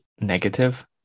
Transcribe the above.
negative